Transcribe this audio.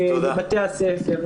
כפי שאמרו כאן, לבתי הספר.